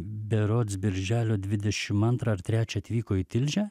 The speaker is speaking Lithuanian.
berods birželio dvidešim antrą ar trečią atvyko į tilžę